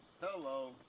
Hello